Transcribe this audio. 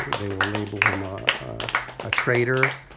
they will label him ah a traitor.